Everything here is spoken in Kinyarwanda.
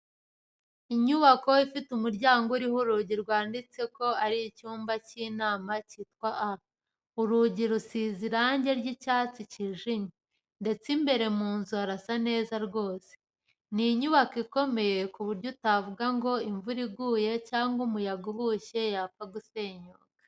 Inyubako ifite umuryango uriho urugi rwanditseho ko ari icyumba cy'inama cyitwa A, urugi rusize irange ry'icyatsi cyijimye ndetse imbere mu nzu harasa neza rwose. Ni inyubako ikomeye ku buryo utavuga ngo imvura iguye cyangwa umuyaga uhushye yapfa gusenyuka.